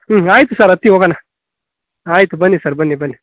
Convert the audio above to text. ಹ್ಞೂ ಆಯಿತು ಸರ್ ಹತ್ತಿ ಹೋಗೋಣ ಆಯಿತು ಬನ್ನಿ ಸರ್ ಬನ್ನಿ ಬನ್ನಿ